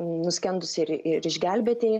nuskendusieji ir ir išgelbėtieji